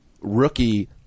Rookie